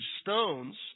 stones